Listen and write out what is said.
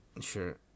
Sure